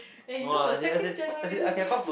eh you know the second generation meme